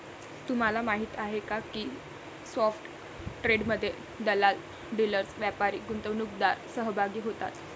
तुम्हाला माहीत आहे का की स्पॉट ट्रेडमध्ये दलाल, डीलर्स, व्यापारी, गुंतवणूकदार सहभागी होतात